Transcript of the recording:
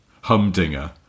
Humdinger